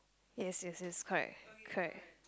yes yes yes correct correct